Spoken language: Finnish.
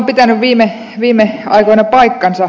se on pitänyt viime aikoina paikkansa